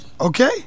Okay